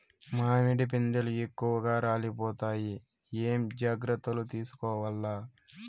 మామిడి పిందెలు ఎక్కువగా రాలిపోతాయి ఏమేం జాగ్రత్తలు తీసుకోవల్ల?